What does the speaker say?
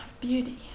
beauty